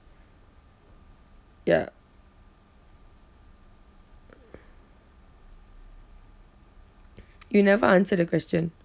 ya you never answer the question